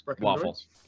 Waffles